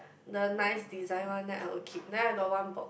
the nice design one then I'll keep then I got one box